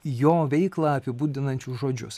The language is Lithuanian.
jo veiklą apibūdinančius žodžius